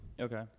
Okay